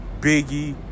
Biggie